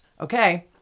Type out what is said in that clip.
Okay